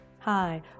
Hi